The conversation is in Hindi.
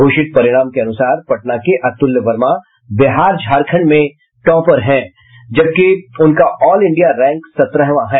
घोषित परिणाम के अनुसार पटना के अतुल्य वर्मा बिहार झारखंड में टॉपर हैं जबकि उनका ऑल इंडिया रैंक सत्रहवां हैं